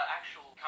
actual